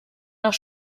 nach